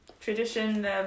Tradition